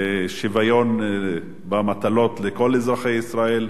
שוויון במטלות לכל אזרחי ישראל,